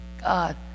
God